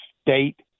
State